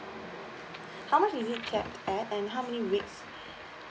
how much is it cap at and how many weeks